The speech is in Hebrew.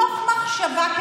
מתוך מחשבה,